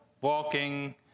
walking